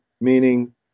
meaning